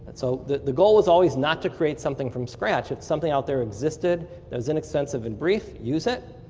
but so the the goal was always not to create something from scratch, if something out there existed that was inexpensive and brief, use it.